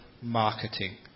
marketing